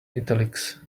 italics